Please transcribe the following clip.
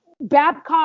Babcock